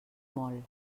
molt